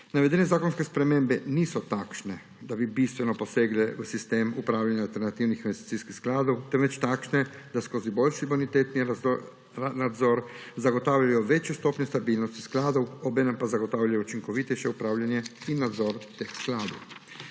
Navedene zakonske spremembe niso takšne, da bi bistveno posegle v sistem upravljanja alternativnih investicijskih skladov, temveč takšne, da skozi boljši bonitetni nadzor zagotavljajo večjo stopnjo stabilnosti skladov, obenem pa zagotavljajo učinkovitejše upravljanje in nadzor teh skladov.